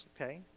okay